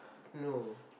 no